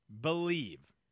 believe